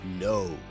no